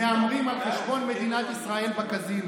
מהמרים על חשבון מדינת ישראל בקזינו.